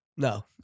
No